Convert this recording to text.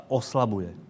oslabuje